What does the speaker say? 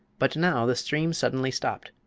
but now the stream suddenly stopped,